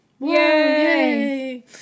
Yay